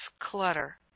clutter